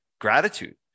Gratitude